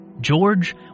George